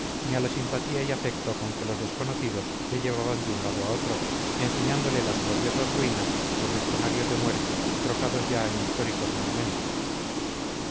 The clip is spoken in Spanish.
ni a la simpatía y afecto con que los desconocidos le llevaban de un lado a otro enseñándole las gloriosas ruinas los escenarios de muerte trocados ya en históricos monumentos